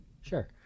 Sure